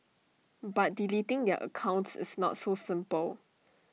but deleting their accounts is not so simple